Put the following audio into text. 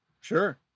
Sure